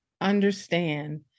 understand